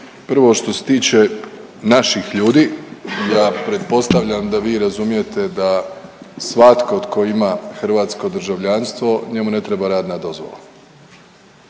Prvo što se tiče naših ljudi ja pretpostavljam da vi razumijete da svatko tko ima hrvatsko državljanstvo njemu ne treba radna dozvola.